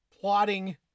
plotting